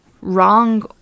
wrong